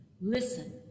Listen